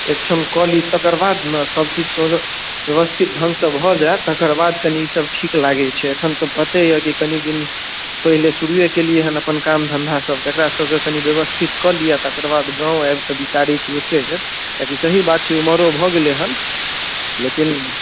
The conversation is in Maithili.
एकठम कऽ ली तकर बाद ने सभचीज सोझे ब्यवस्थित ढङ्गसँ भऽ जायत तकर बाद कनि ई सभ ठीक लागै छै एखन तऽ पते यऽ कि कनि दिन पहिले शुरुए केलियै हँ अपन काम धन्धा सभ तऽ एकरा सभके कनि ब्यवस्थित कऽ ली तकर बाद गाँव आबि कऽ बिचारै छी एकै बेर किएकि सही बात छै उमरो भऽ गेलै हन लेकिन